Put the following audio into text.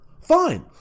fine